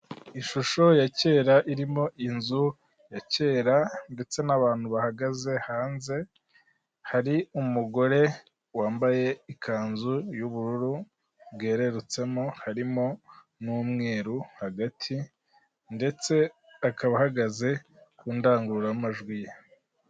Ishusho ya kera, irimo inzu ya kera, ndetse n'abantu bahagaze hanze, hari umugore wambaye ikanzu y'ubururu bwererutsemo, harimo n'umweru hagati, ndetse akaba ahagaze ku ndangururamajwi ye.